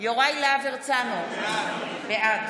יוראי להב הרצנו, בעד